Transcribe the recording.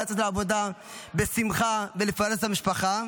לצאת לעבודה בשמחה ולפרנס את המשפחה.